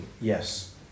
Yes